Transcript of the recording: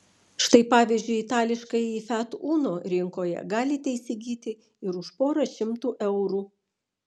štai pavyzdžiui itališkąjį fiat uno rinkoje galite įsigyti ir už porą šimtų eurų